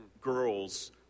girls